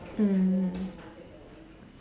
mm